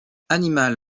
animal